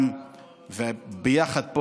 ואנחנו פה ביחד,